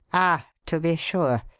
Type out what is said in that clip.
ah, to be sure.